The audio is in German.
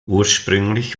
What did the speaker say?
ursprünglich